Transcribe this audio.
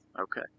Okay